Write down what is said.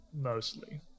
mostly